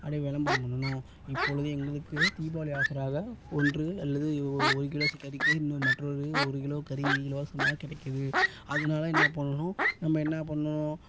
அப்டேயே விளம்பரம் பண்ணணும் இப்பொழுது எங்களுக்கு தீபாவளி ஆஃபராக ஒன்று அல்லது ஒரு கிலோ கறிக்கு இன்னொரு மற்றொரு ஒரு கிலோ கறி இலவசமாக கிடைக்கிது அதனால என்ன பண்ணணும் நம்ம என்ன பண்ணணும்